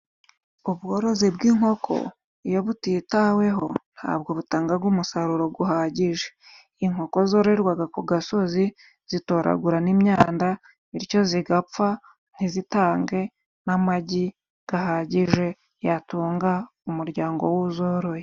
Ubworozi bw'inkoko iyo butitaweho ntabwo butanga umusaruro uhagije. Inkoko zororerwa ku gasozi zitoragura n' imyanda bityo zigapfa ntizitange n'amagi ahagije yatunga umuryango w'uzoroye.